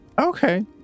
Okay